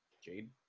Jade